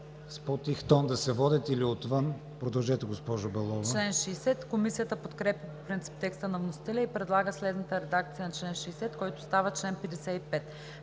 с по-тих тон да се водят или отвън. Продължете, госпожо Белова. ДОКЛАДЧИК МАРИЯ БЕЛОВА: Комисията подкрепя по принцип текста на вносителя и предлага следната редакция на чл. 60, който става чл. 55: